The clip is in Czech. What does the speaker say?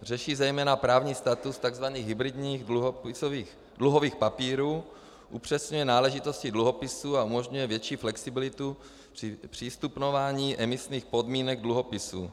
Řeší zejména právní status takzvaných hybridních dluhových papírů, upřesňuje náležitosti dluhopisů a umožňuje větší flexibilitu ve zpřístupňování emisních podmínek dluhopisů.